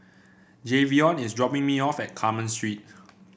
Jayvion is dropping me off at Carmen Street